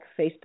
facebook